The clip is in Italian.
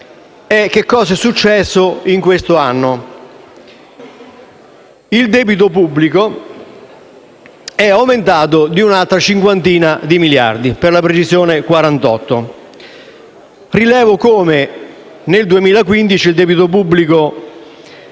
quanto è successo in questo anno: il debito pubblico è aumentato di un'altra cinquantina di miliardi, 48 miliardi per la precisione. Rilevo come nel 2015 il debito pubblico